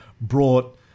brought